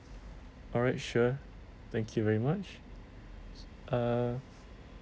alright sure thank you very much err